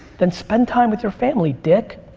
then spend time with your family, dick.